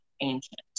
ancient